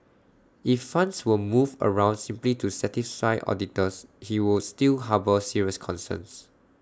if funds were moved around simply to satisfy auditors he would still harbour serious concerns